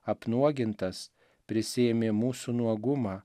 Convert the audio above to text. apnuogintas prisiėmė mūsų nuogumą